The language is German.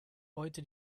heute